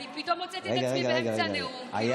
אני פתאום מוצאת את עצמי באמצע הנאום צריכה לסיים.